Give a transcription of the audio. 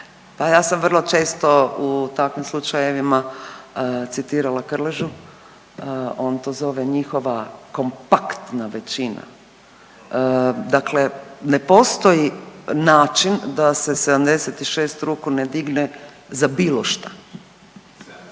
Pa ja sam vrlo često u takvim slučajevima citirala Krležu. On to zove njihova kompaktna većina. Dakle, ne postoji način da se 76 ruku ne digne za bilo šta.